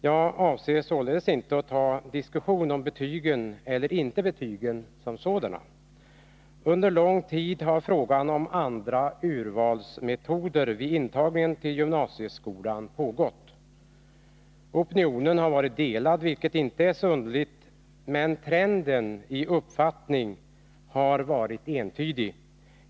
Jag avser således inte att ta upp en diskussion i frågan om betyg eller inte betyg som sådan. Under lång tid har debatten om andra urvalsmetoder vid intagningen till gymnasieskolan pågått. Opinionen har varit delad, vilket inte är så underligt, men trenden i fråga om uppfattningarna har varit entydig.